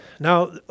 Now